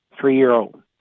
Three-year-old